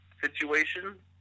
situation